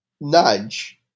nudge